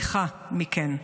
וסליחה מכן.